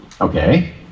Okay